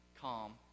calm